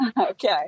Okay